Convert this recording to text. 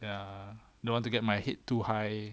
ya don't want to get my head too high